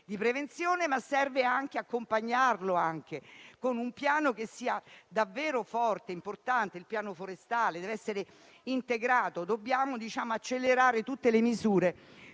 di prevenzione, ma serve anche accompagnarlo con un piano che sia davvero importante. Il piano forestale deve essere integrato e dobbiamo accelerare le misure